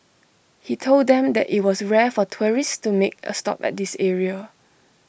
he told them that IT was rare for tourists to make A stop at this area